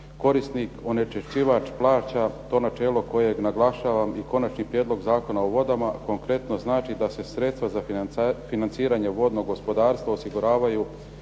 korisnik onečiščivač plaća to načelo kojeg naglašavam i konačni prijedlog Zakona o vodama konkretno znači da se sredstva za financiranje vodnog gospodarstva osiguravaju